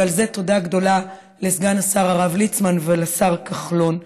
ועל זה תודה גדולה לסגן השר הרב ליצמן ולשר כחלון.